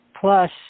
Plus